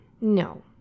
No